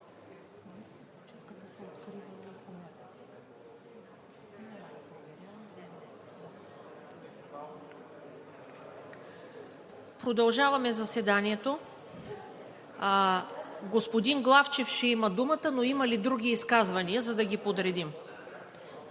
Продължаваме заседанието. Господин Главчев ще има думата, но има ли други изказвания, за да ги подредим?